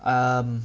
um